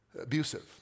abusive